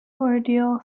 ordeal